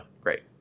great